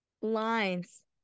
lines